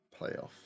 playoffs